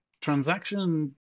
transaction